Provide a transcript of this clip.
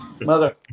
Mother